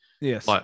Yes